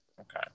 Okay